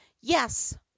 yes